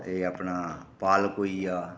एह् अपना पालक होई गेआ